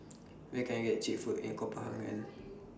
Where Can I get Cheap Food in Copenhagen